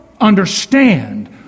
understand